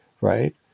right